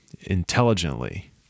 intelligently